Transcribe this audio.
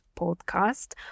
Podcast